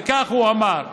וכך הוא אמר,